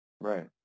Right